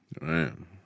Man